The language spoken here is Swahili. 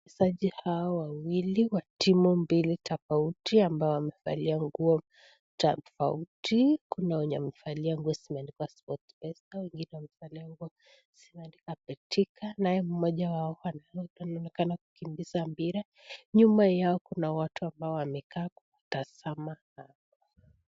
Wachezaji hawa wawili wa timu mbili tofauti ambao wamevalia nguo tofauti .Kuna wenye wamevalia nguo zimeandikwa sportpesa, wengine wamevalia nguo zimeandikwa betika. Naye mmoja wao anaonekana kukimbiza mpira .Nyuma yao kuna watu ambao wamekaa kutazama.